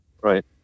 right